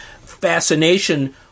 fascination